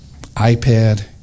iPad